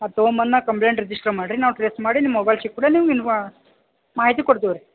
ಅದು ತಗೊಂದು ಬಂದ್ಮ್ಯಾಕ ಕಂಪ್ಲೇಂಟ್ ರಿಜಿಸ್ಟ್ರ್ ಮಾಡ್ರಿ ನಾವು ಟ್ರೇಸ್ ಮಾಡಿ ನಿಮ್ಮ ಮೊಬೈಲ್ ಸಿಕ್ಕುಡೆ ನಿಮ್ಗ ಇಂಫಾ ಮಾಹಿತಿ ಕೊಡ್ತೀವಿ ರೀ